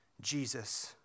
Jesus